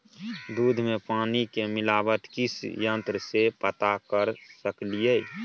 दूध में पानी के मिलावट किस यंत्र से पता कर सकलिए?